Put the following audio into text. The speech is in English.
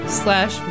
slash